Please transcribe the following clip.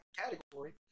category